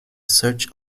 search